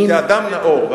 כאדם נאור,